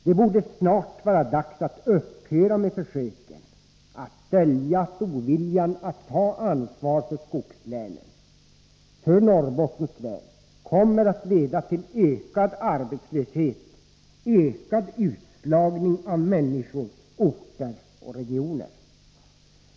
Det borde snart vara dags att upphöra med försöken att dölja att oviljan att ta ansvar för skogslänen och för Norrbottens län kommer att leda till ökad arbetslöshet och ökad utslagning av människor, orter och regioner.